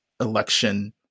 election